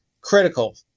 Critical